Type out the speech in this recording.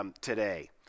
today